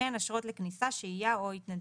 וכן אשרות לכניסה, שהייה או התנדבות.